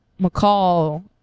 McCall